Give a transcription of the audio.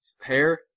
hair